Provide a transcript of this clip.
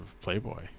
playboy